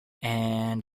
and